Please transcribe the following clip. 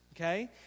okay